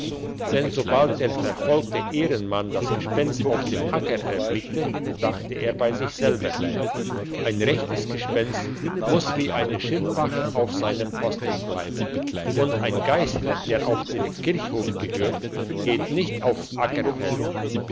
denn sobald der verfolgte ehrenmann das gespenst auf dem acker erblickte dachte er bei sich selber ein rechtes gespenst muss wie eine schildwache auf seinem posten bleiben und ein geist der auf den kirchhof gehört geht nicht aufs ackerfeld